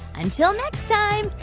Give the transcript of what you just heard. until next time,